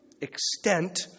extent